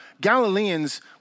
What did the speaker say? Galileans